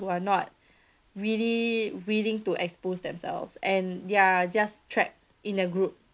who are not really willing to expose themselves and ya just trapped in a group